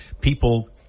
people